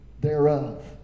thereof